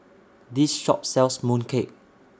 This Shop sells Mooncake